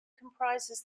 comprises